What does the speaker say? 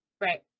Right